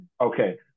Okay